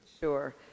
Sure